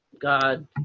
God